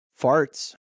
farts